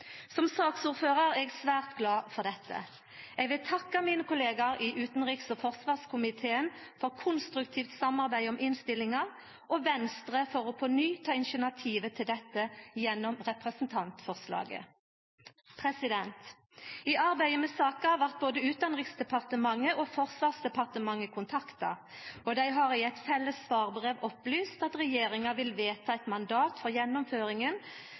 Som saksordførar er eg svært glad for dette. Eg vil takka mine kollegaer i utanriks- og forsvarskomiteen for konstruktivt samarbeid om innstillinga og Venstre for på ny å ta initiativet til dette gjennom representantforslaget. I arbeidet med saka blei både Utanriksdepartementet og Forsvarsdepartementet kontakta, og dei har i eit felles svarbrev opplyst at regjeringa vil vedtaka eit mandat for